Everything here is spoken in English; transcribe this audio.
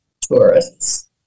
tourists